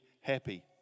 happy